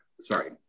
Sorry